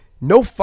no